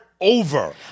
over